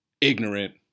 ignorant